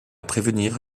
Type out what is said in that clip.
prévenir